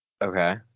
Okay